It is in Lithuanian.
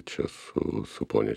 čia su su ponia